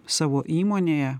savo įmonėje